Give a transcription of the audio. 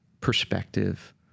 perspective